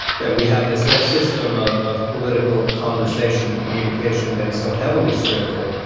that we have this whole system of of political conversation and communication that is so heavily scripted,